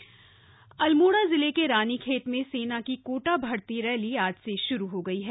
सेना भर्ती अल्मोड़ा जिले के रानीखेत में सेना की कोटा भर्ती रैली आज से शुरू हो गई है